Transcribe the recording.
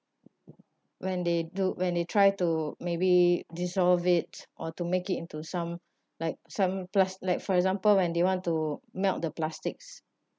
when they do when they try to maybe dissolve it or to make it into some like some plus like for example when they want to melt the plastics